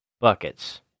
buckets